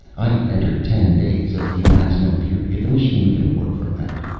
i entered ten days as the maximum period. the machines can work from that.